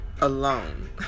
alone